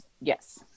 Yes